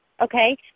Okay